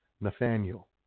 Nathaniel